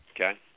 Okay